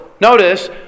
Notice